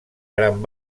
gran